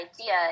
idea